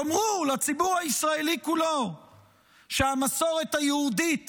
תאמרו לציבור הישראלי כולו שהמסורת היהודית